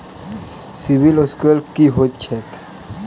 CIBIL score की होइत छैक?